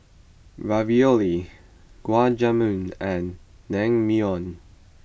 Ravioli Gulab Jamun and Naengmyeon